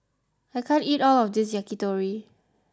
I can't eat all of this Yakitori